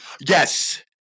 Yes